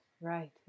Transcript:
Right